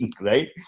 Right